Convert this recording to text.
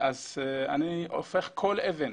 אני הופך כל אבן.